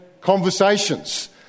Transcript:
conversations